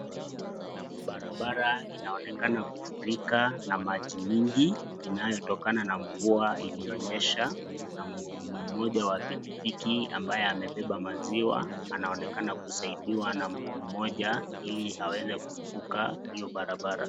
Barabara inaonekana kufurika na maji mingi inayotokana na mvua iliyonyesha, na muhudumu mmoja wa pikipiki ambaye amebeba maziwa anaonekana kusaidiwa na mtu mmoja ili aweze kuepuka hiyo barabara.